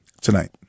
tonight